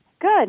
Good